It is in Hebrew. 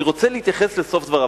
אני רוצה להתייחס לסוף דבריו.